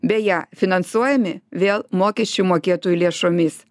beje finansuojami vėl mokesčių mokėtojų lėšomis